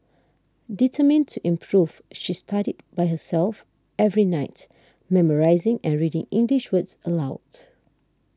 determined to improve she studied by herself every night memorising and reading English words aloud